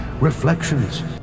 Reflections